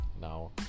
Now